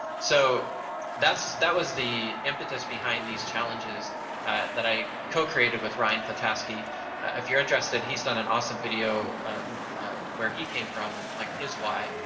so that's, that was the impetus behind these challenges that i co-created with ryan klataske. if you're interested, he's done an awesome video of where he came from and like his why.